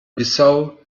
bissau